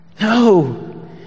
No